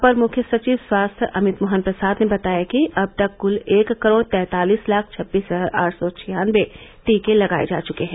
अपर मुख्य सचिव स्वास्थ्य अमित मोहन प्रसाद ने बताया कि अब तक कुल एक करोड़ तैंतालीस लाख छबीस हजार आठ सौ छियानबे टीके लगाये जा चुके हैं